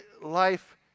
life